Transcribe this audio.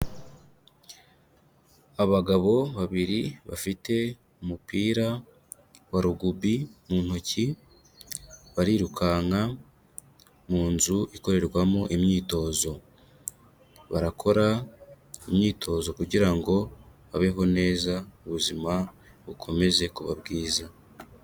Abagabo babiri bafite umupira wa rugubi mu ntoki, barirukanka mu nzu ikorerwamo imyitozo. Barakora imyitozo kugira ngo babeho neza, ubuzima bukomeze kuba bwiza.